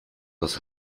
das